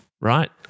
right